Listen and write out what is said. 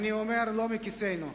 אני אומר "לא מכיסנו".